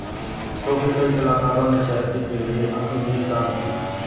show के कई कलाकारों ने चैरिटी के लिए अपनी फीस दान की